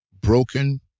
broken